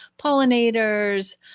pollinators